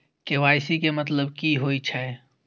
KYC के मतलब की होई छै?